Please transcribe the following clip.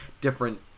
different